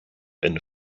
eine